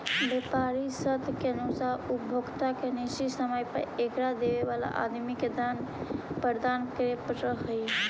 व्यापारी शर्त के अनुसार उपभोक्ता निश्चित समय पर एकरा देवे वाला आदमी के धन प्रदान करे पड़ऽ हई